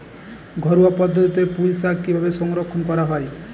ঘরোয়া পদ্ধতিতে পুই শাক কিভাবে সংরক্ষণ করা হয়?